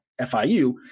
FIU